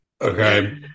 Okay